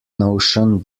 notion